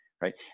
right